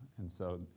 and so,